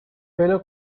fellow